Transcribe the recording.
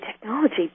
technology